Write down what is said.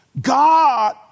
God